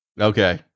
Okay